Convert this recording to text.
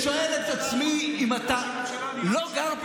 אני שומע את הנאום